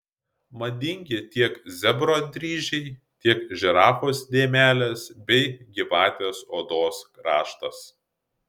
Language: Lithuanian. madingi tiek zebro dryžiai tiek žirafos dėmelės bei gyvatės odos raštas